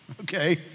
okay